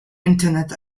internet